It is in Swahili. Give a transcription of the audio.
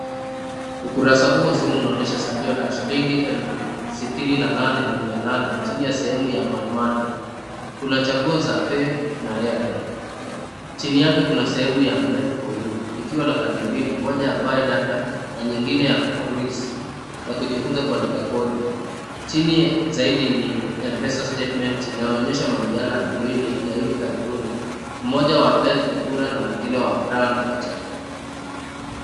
Ukurasa huu wa simu unaonyesha salio la shilingi 68,800 chini ya sehemu ya my money . Kuna chaguo za pay na airtime . Chini yake kuna semu ya MadeForYou ikiwa na kadi mbili, moja ya ByData , na nyingine ya Cruise ya kujifunza kuandika kodi. Chini zaidi ni M-Pesa Statement inayoonyesha mamiyala miwili ya hivi karibuni, moja wa Beth Ukura na mwingine wa Brown Ochari.